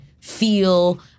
feel